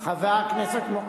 יותר.